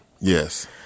Yes